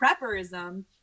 prepperism